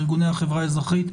ארגוני החברה האזרחית.